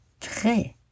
Très